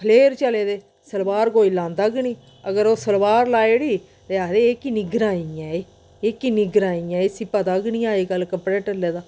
flare चले दे सलबार कोई लांदा गै नी अगर ओह् सलबार लाई उड़ी ते आखदे एह् किन्नी ग्राईं ऐ एह् एह् किन्नी ग्राईं ऐ इसी पता गै नी अज्जकल कपड़े टल्ले दा